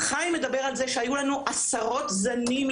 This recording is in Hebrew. חיים מדבר על זה שהיו לנו לפני כן עשרות זנים,